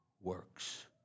works